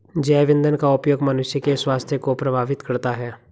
जैव ईंधन का उपयोग मनुष्य के स्वास्थ्य को प्रभावित करता है